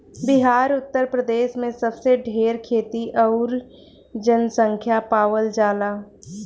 बिहार उतर प्रदेश मे सबसे ढेर खेती अउरी जनसँख्या पावल जाला